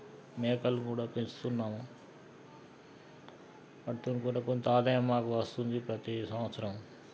మేకలు కూడా పెంచుతున్నాము వాటితో పాటు కొంత ఆదాయం మాకు వస్తుంది ప్రతీ సంవత్సరం